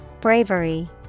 Bravery